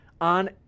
on